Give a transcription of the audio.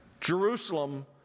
Jerusalem